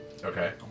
Okay